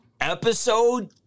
episode